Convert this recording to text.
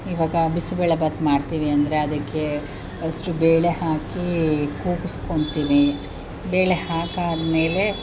ಇವಾಗ ಬಿಸಿಬೇಳೆ ಬಾತ್ ಮಾಡ್ತೀವಿ ಅಂದರೆ ಅದಕ್ಕೆ ಫಸ್ಟು ಬೇಳೆ ಹಾಕೀ ಕೂಗಿಸ್ಕೊಳ್ತೀನಿ ಬೇಳೆ ಹಾಕಾದ್ಮೇಲೆ